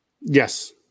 Yes